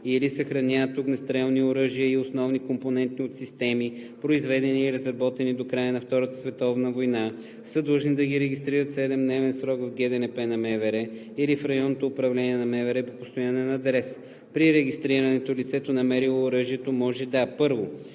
или съхраняват огнестрелни оръжия и основни компоненти от системи, произведени или разработени до края на Втората световна война, са длъжни да ги регистрират в 7-дневен срок в ГДНП на МВР или в РУ на МВР по постоянен адрес. При регистрирането лицето, намерило оръжието, може да: 1.